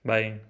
Bye